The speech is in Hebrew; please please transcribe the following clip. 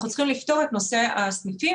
אנחנו צריכים לפתור את נושא הסניפים,